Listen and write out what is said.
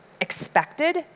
expected